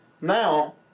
Now